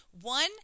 One